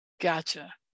Gotcha